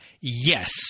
Yes